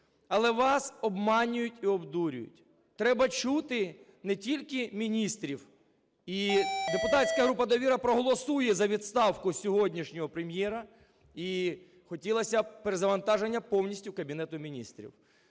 Але вас обманюють і обдурюють. Треба чути не тільки міністрів. І депутатська група "Довіра" проголосує за відставку сьогоднішнього Прем'єра, і хотілося б перезавантаження повністю Кабінету Міністрів.